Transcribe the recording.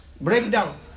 Breakdown